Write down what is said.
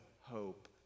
hope